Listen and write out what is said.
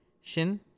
Shin